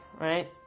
right